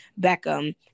Beckham